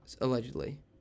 allegedly